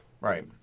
Right